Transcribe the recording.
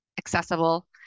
accessible